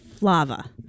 lava